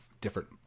different